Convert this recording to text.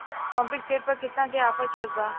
Pumping set पर केतना के ऑफर चलत बा?